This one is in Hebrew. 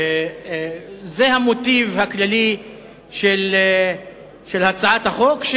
זה המוטיב הכללי של הצעת החוק,